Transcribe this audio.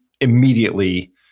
immediately